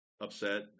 upset